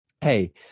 hey